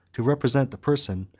to represent the person,